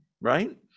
Right